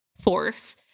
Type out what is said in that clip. force